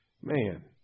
Man